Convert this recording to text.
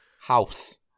House